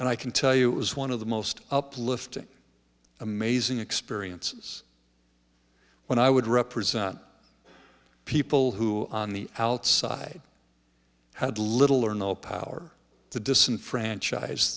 and i can tell you it was one of the most uplifting amazing experiences when i would represent people who on the outside had little or no power to disenfranchise